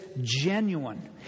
genuine